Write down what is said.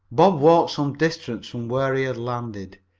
bob walked some distance from where he had landed,